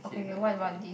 okay but anyway